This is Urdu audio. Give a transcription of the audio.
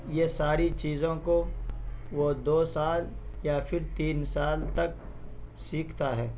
یہ ساری چیزوں کو وہ دو سال یا پھر تین سال تک سیکھتا ہے